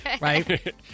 Right